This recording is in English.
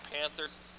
Panthers